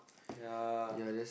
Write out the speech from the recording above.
ya